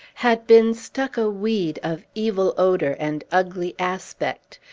had been stuck a weed of evil odor and ugly aspect,